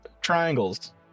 Triangles